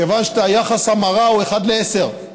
כיוון שיחס ההמרה הוא אחד לעשר.